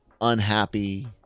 unhappy